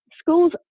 schools